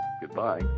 Goodbye